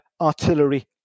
artillery